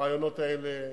הרעיונות האלה,